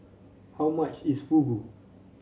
how much is Fugu